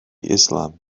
islam